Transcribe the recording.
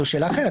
זו שאלה אחרת.